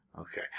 okay